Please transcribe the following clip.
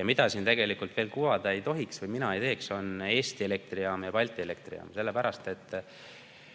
Ja mida siin tegelikult kuvada ei tohiks või mina seda ei teeks, on Eesti Elektrijaam ja Balti Elektrijaam,